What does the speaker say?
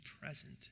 present